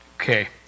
Okay